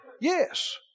Yes